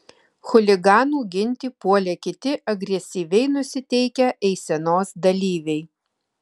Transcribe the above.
chuliganų ginti puolė kiti agresyviai nusiteikę eisenos dalyviai